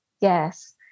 Yes